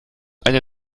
eine